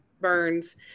burns